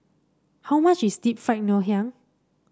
how much is Deep Fried Ngoh Hiang